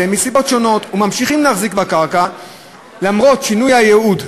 מסיבות שונות וממשיכים להחזיק בקרקע למרות שינוי הייעוד.